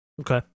Okay